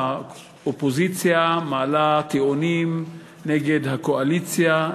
האופוזיציה מעלה טיעונים נגד הקואליציה,